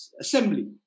assembly